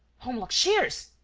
holmlock shears!